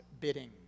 bidding